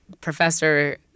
professor